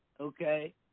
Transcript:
okay